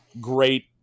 great